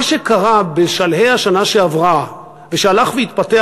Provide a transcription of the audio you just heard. מה שקרה בשלהי השנה שעברה ושהלך והתפתח